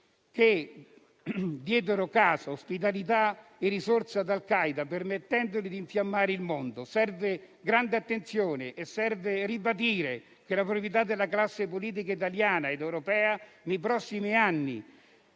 che diedero casa, ospitalità e risorse ad al Qaeda permettendole di infiammare il mondo. Serve grande attenzione e occorre ribadire che la priorità della classe politica italiana ed europea nei prossimi anni